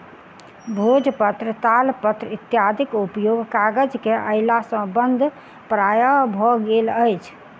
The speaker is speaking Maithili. भोजपत्र, तालपत्र इत्यादिक उपयोग कागज के अयला सॅ बंद प्राय भ गेल अछि